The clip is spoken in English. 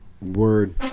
Word